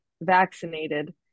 vaccinated